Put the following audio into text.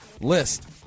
list